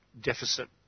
deficit